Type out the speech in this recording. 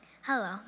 Hello